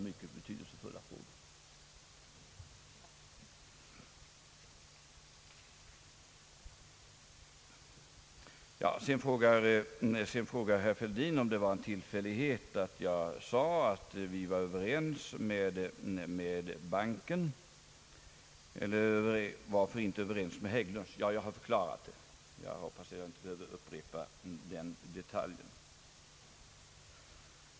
Herr Fälldin frågade också om det var en tillfällighet att jag sade att vi var överens med banken men inte nämnde Hägglund & Söner i det sammanhanget. Jag har förklarat den saken och hoppas att jag inte behöver upprepa den detaljen.